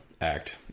act